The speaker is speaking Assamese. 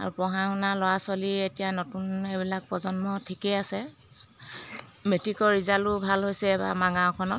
আৰু পঢ়া শুনা ল'ৰা ছোৱালী এতিয়া নতুন সেইবিলাক প্ৰজন্ম ঠিকেই আছে মেট্ৰিকৰ ৰিজাল্টো ভাল হৈছে এইবাৰ আমাৰ গাঁওখনত